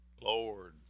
Lord